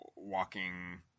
walking